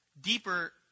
deeper